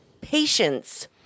patience